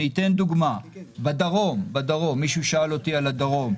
אתן דוגמה: בדרום, מישהו שאל אותי על הדרום,